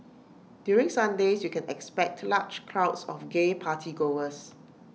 during Sundays you can expect large crowds of gay party goers